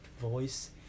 voice